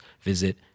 visit